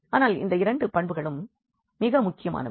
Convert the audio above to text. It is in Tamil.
ஆனால் இந்த இரண்டு பண்புகளும் மிக முக்கியமானவை